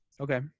Okay